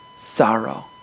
sorrow